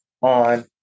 on